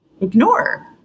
ignore